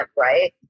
right